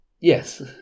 Yes